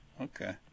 okay